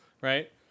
Right